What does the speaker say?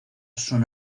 son